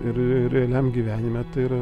ir ir realiam gyvenime tai yra